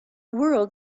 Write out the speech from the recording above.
world